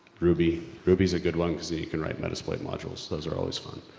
ruby ruby's a good one because you can write exploit modules, those are always fun.